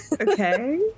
Okay